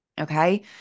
Okay